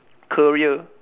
career